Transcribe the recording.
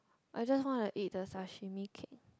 I just want to eat the sashimi cake